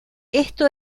esto